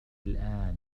الآن